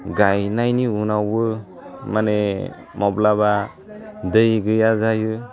गायनायनि उनावबो माने माब्लाबा दै गैया जायो